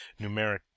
numeric